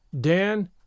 Dan